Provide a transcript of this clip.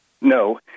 No